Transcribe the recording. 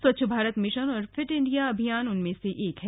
स्वच्छ भारत मिशन और fit India अभियान उनमें से एक है